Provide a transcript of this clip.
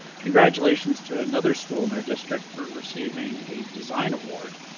congratulations to another school in our district for receiving a design award.